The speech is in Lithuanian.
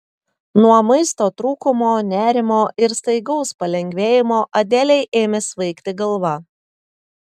nuo maisto trūkumo nerimo ir staigaus palengvėjimo adelei ėmė svaigti galva